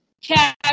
cash